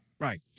right